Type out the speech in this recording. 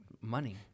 Money